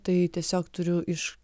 tai tiesiog turiu iš